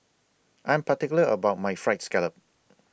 I'm particular about My Fried Scallop